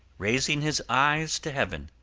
raising his eyes to heaven,